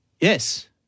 Yes